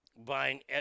Buying